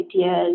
ideas